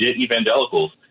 evangelicals